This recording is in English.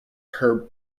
her